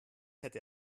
hätte